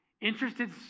interested